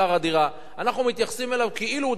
אנחנו מתייחסים אליו כאילו הוא דייר הדיור הציבורי.